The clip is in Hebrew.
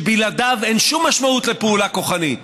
שבלעדיו אין שום משמעות לפעולה כוחנית,